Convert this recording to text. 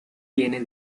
tiene